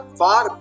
far